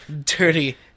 Dirty